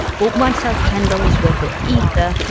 bought myself ten dollars worth of ether,